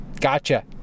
gotcha